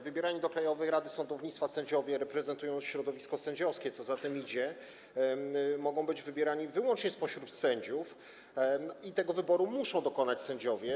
Wybierani do Krajowej Rady Sądownictwa sędziowie reprezentują środowisko sędziowskie, co za tym idzie, mogą być wybierani wyłącznie spośród sędziów i tego wyboru muszą dokonać sędziowie.